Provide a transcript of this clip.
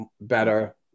better